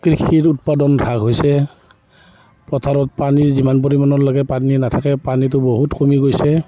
কৃষিৰ উৎপাদন হ্ৰাস হৈছে পথাৰত পানী যিমান পৰিমাণৰ লাগে পানী নাথাকে পানীটো বহুত কমি গৈছে